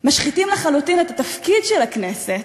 משחיתים לחלוטין את התפקיד של הכנסת.